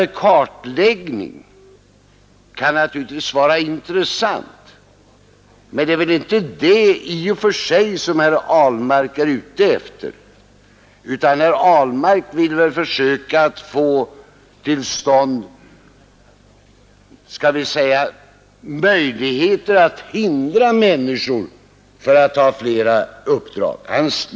En kartläggning kan naturligtvis vara intressant, men det torde i och för sig inte vara det som herr Ahlmark är ute efter, utan det är väl att få möjligheter att hindra människor från att ta flera uppdrag.